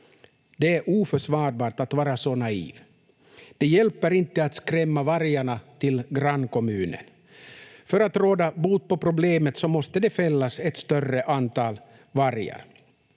Det är oförsvarbart att vara så naiv. Det hjälper inte att skrämma vargarna till grannkommunen. För att råda bot på problemet måste det fällas ett större antal vargar.